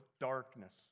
darkness